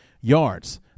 yards